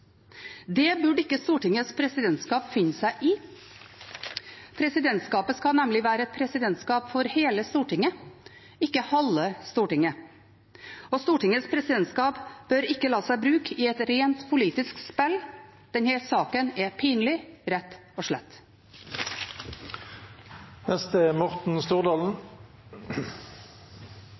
Det burde ikke Stortingets presidentskap finne seg i. Presidentskapet skal nemlig være presidentskap for hele Stortinget, ikke for halve Stortinget. Stortingets presidentskap bør ikke la seg bruke i et rent politisk spill. Denne saken er pinlig, rett og slett. Ja, det er